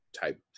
type